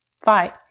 fight